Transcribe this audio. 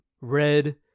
red